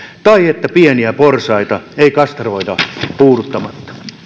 tai että pieniä porsaita ei kastroida puuduttamatta